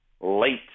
late